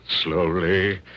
Slowly